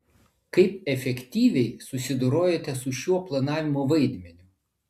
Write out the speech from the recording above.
kaip efektyviai susidorojote su šiuo planavimo vaidmeniu